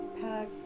pack